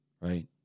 right